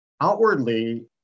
outwardly